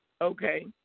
Okay